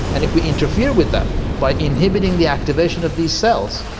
and if we interfere with that by inhibiting the activation of these cells,